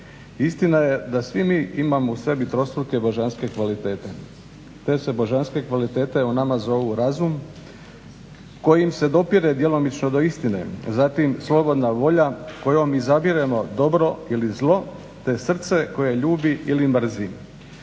Istina je da mi svi imamo u sebi trostruke božanske kvalitete. Te se božanske kvalitete o nama zovu razum kojim se dopire djelomično do istine zatim slobodna volja kojom izabiremo dobro ili zlo te srce koje ljubi ili mrzi.